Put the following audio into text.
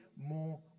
more